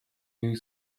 jej